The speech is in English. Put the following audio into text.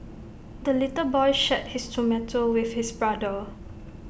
the little boy shared his tomato with his brother